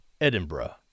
Edinburgh